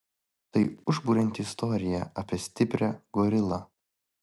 tai užburianti istorija apie stiprią gorilą